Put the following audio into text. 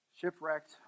Shipwrecked